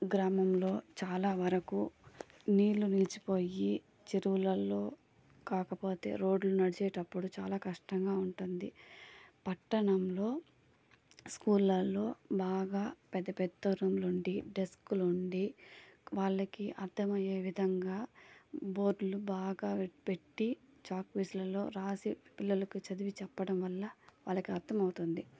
గ్రామంలో చాలావరకు నీళ్ళు నిలిచిపోయి చెరువులలో కాకపోతే రోడ్లో నడిచేటప్పుడు చాలా కష్టంగా ఉంటుంది పట్టణంలో స్కూల్లలో బాగా పెద్ద పెద్ద రూములు ఉండి డెస్క్లు ఉండి వాళ్లకి అర్థమయ్యే విధంగా బోర్డ్లు బాగా పెట్టి చాక్పీసులలో రాసి పిల్లలకు చదివి చెప్పడం వల్ల వాళ్ళకి అర్థం అవుతుంది